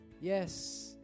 Yes